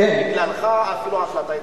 בגללך אפילו ההחלטה התקבלה.